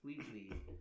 completely –